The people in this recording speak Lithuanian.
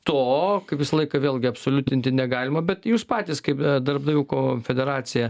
to kaip visą laiką vėlgi absoliutinti negalima bet jūs patys kaip darbdavių konfederacija